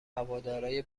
هوادارای